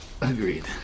Agreed